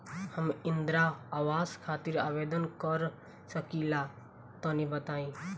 हम इंद्रा आवास खातिर आवेदन कर सकिला तनि बताई?